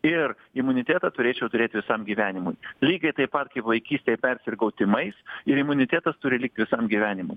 ir imunitetą turėčiau turėt visam gyvenimui lygiai taip pat kaip vaikystėj persirgau tymais ir imunitetas turi likt visam gyvenimui